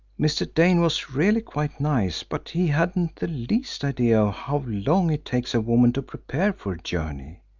mr. dane was really quite nice, but he hadn't the least idea how long it takes a woman to prepare for a journey.